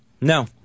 no